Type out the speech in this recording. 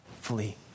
flee